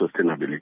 sustainability